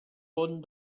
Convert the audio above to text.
pont